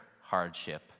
hardship